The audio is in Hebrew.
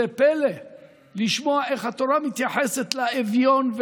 זה פלא לשמוע איך התורה מתייחסת לאביון,